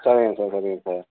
சரிங்க சார் சரிங்க சார்